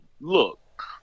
look